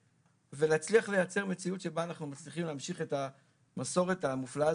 ונצליח לייצר מציאות שבה אנחנו ממשיכים את המסורת המופלאה